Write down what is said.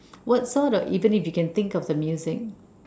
what sort of even if you can think of the music